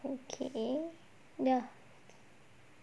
okay ya